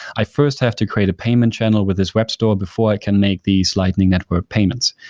i first have to create a payment channel with this web store before i can make these lightning network payments.